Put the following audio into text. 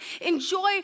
enjoy